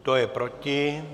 Kdo je proti?